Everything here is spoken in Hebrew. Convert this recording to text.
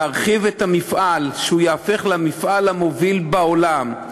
להרחיב את המפעל, שייהפך למפעל המוביל בעולם.